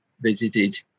visited